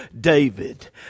David